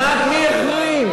מה כבודו?